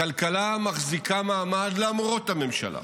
הכלכלה מחזיקה מעמד למרות הממשלה.